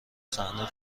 صحنه